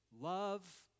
Love